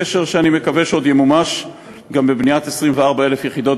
קשר שאני מקווה שעוד ימומש גם בבניית 24,000 יחידות